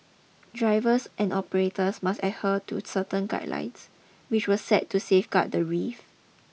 drivers and operators must I heard to certain guidelines which were set to safeguard the reef